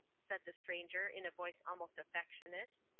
said the stranger in a voice almost affectionate.